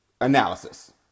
Analysis